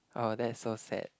oh that's so sad